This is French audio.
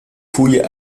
fouilles